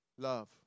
Love